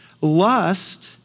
Lust